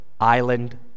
island